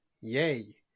Yay